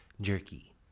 jerky